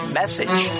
message